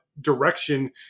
direction